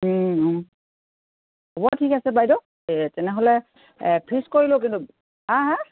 হ'ব ঠিক আছে বাইদেউ ঠিক আছে এই তেনেহ'লে ফিক্স কৰি লওক কিন্তু হা হা